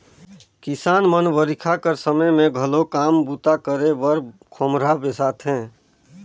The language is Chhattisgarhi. किसान मन बरिखा कर समे मे घलो काम बूता करे बर खोम्हरा बेसाथे